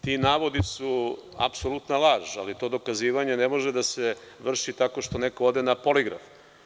Ti navodi su apsolutna laž, ali to dokazivanje ne može da se vrši tako što neko ode na poligraf.